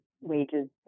wages